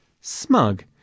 Smug